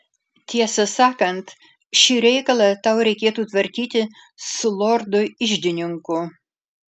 tiesą sakant šį reikalą tau reikėtų tvarkyti su lordu iždininku